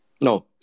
No